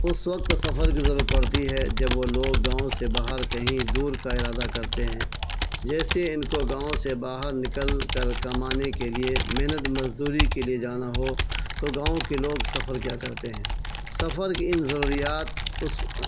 اس وقت سفر کی ضرور پڑتی ہے جب وہ لوگ گاؤں سے باہر کہیں دور کا ارادہ کرتے ہیں جیسے ان کو گاؤں سے باہر نکل کر کمانے کے لیے محنت مزدوری کے لیے جانا ہو تو گاؤں کے لوگ سفر کیا کرتے ہیں سفر کی ان ضروریات اس